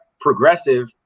progressive